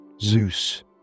Zeus